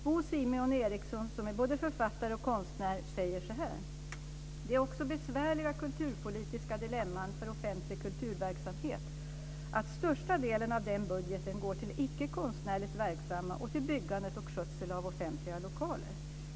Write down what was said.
Bo Simeon Eriksson som är både författare och konstnär säger så här: "Det är också besvärliga kulturpolitiska dilemman för offentlig kulturverksamhet att största delen av den budgeten går till icke konstnärligt verksamma och till byggandet och skötsel av offentliga lokaler."